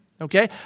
Okay